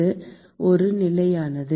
இது ஒரு நிலையானது